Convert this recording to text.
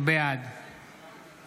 בעד